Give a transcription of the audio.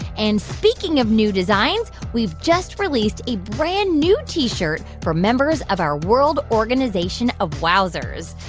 and speaking of new designs, we've just released a brand-new t-shirt for members of our world organization of wowzers.